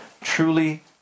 Truly